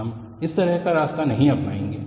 हम उस तरह का रास्ता नहीं अपनाएंगे